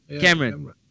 Cameron